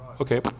okay